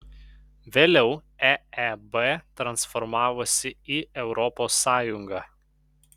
vėliau eeb transformavosi į europos sąjungą